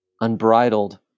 Unbridled